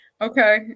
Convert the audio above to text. Okay